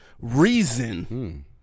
Reason